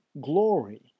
glory